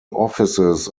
offices